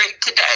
today